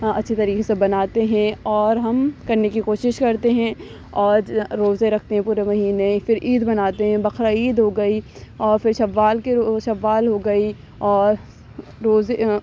اچھی طریقے سے بناتے ہیں اور ہم کرنے کی کوشش کرتے ہیں اور روزے رکھتے ہیں پورے مہینے پھر عید مناتے ہیں بقرا عید ہو گئی اور پھر شوال کے شوال ہو گئی اور روزے